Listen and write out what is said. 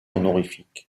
honorifique